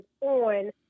on